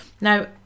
Now